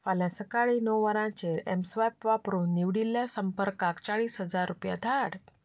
फाल्यां सकाळीं णव वरांचेर एम स्वायप वापरून निवडिल्ल्या संपर्कांक चाळीस हजार रुपया धाड